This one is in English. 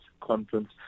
conference